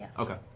okay.